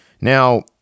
Now